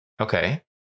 Okay